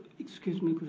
excuse me,